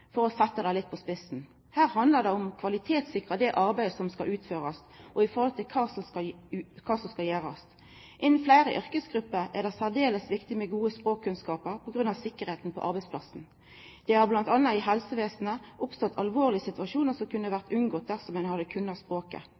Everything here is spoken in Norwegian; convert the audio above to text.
for å setja det litt på spissen. Her handlar det om å kvalitetssikra det arbeidet som skal utførast, og i forhold til kva som skal utførast. Innanfor fleire yrkesgrupper er det særdeles viktig med gode språkkunnskapar på grunn av tryggleiken på arbeidsplassen. Det har bl.a. i helsevesenet oppstått alvorlege situasjonar som kunne ha vore unngått dersom ein hadde kunna språket.